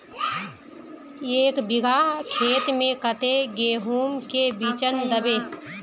एक बिगहा खेत में कते गेहूम के बिचन दबे?